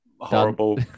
Horrible